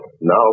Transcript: Now